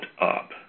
up